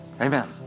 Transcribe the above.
Amen